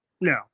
no